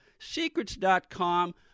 Secrets.com